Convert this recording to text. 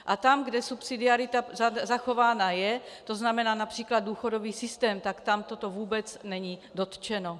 A tam, kde subsidiarita zachována je, tzn. například důchodový systém, tak tam toto vůbec není dotčeno.